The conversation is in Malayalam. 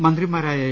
മന്ത്രിമാ രായ എ